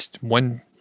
one